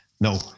No